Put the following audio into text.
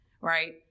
Right